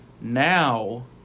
now